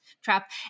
trap